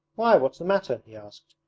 why, what's the matter he asked,